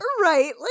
right